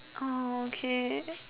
oh okay